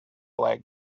leg